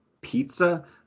pizza